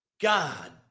God